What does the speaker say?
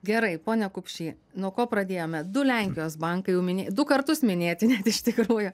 gerai pone kupši nuo ko pradėjome du lenkijos bankai jau minėjai du kartus minėti net iš tikrųjų